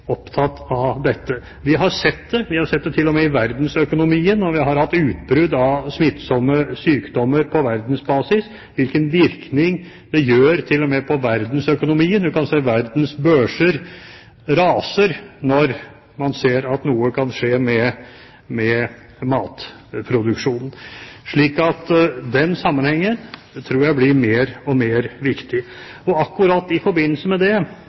opptatt av dette. Vi har sett det. Vi har sett det til og med i verdensøkonomien. Når vi har hatt utbrudd av smittsomme sykdommer på verdensbasis, har vi sett hvilken virkning det gjør på verdensøkonomien. Verdens børser raser når man ser at noe kan skje med matproduksjonen. Denne sammenhengen tror jeg blir mer og mer viktig, og akkurat i den forbindelse